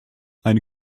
eine